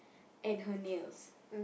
and her nails